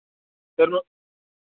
sir